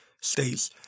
States